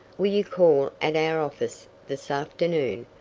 will you call at our office this afternoon,